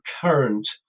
current